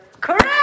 Correct